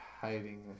hiding